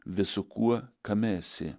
visu kuo kame esi